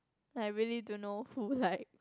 I really don't know who like